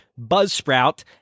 buzzsprout